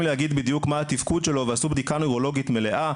להגיד בדיוק מה התפקוד שלו ועשו בדיקה נוירולוגית מלאה,